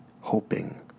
hoping